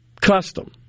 custom